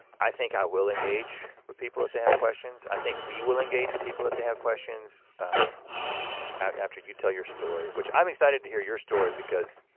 i think i will engage with people if they have questions. i think we will engage with people if they have questions and you know after you tell your story which i'm excited to hear your story because